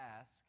ask